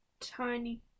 tiny